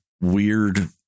weird